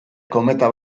kometa